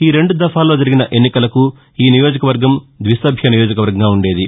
ఈ రెండు దఫాల్లో జరిగిన ఎన్నికలకు ఈ నియోజకవర్గం ద్విసభ్య నియోజకవర్గంగా ఉండేది